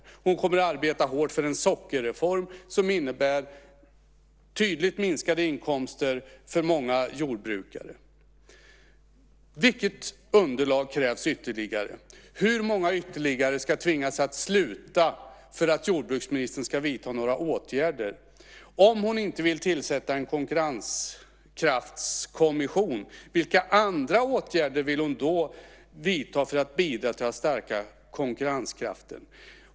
Jordbruksministern kommer att arbeta hårt för en sockerreform som innebär tydligt minskade inkomster för många jordbrukare. Vilket underlag krävs ytterligare? Hur många ytterligare ska tvingas att sluta för att jordbruksministern ska vidta några åtgärder? Om hon inte vill tillsätta en konkurrenskraftskommission, vilka andra åtgärder vill hon då vidta för att bidra till att stärka konkurrenskraften?